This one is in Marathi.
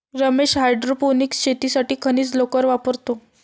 रमेश हायड्रोपोनिक्स शेतीसाठी खनिज लोकर वापरतो